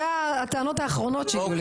אלה הטענות האחרונות שיהיו לי.